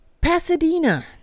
Pasadena